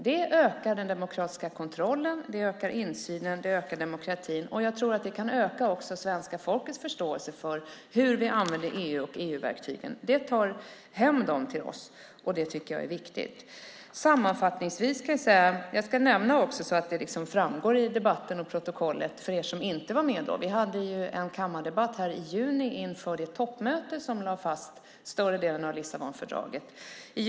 Det ökar den demokratiska kontrollen, det ökar insynen, det ökar demokratin, och jag tror att det också kan öka svenska folkets förståelse för hur vi använder EU och EU-verktygen. Det tar hem dem till oss, och det tycker jag är viktigt. Sammanfattningsvis ska jag nämna för er som inte var med, så att det framgår i debatten och protokollet, att vi i juni förra året hade en kammardebatt inför det toppmöte som lade fast större delen av Lissabonfördraget.